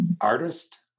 artist